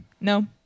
no